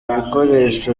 ibikoresho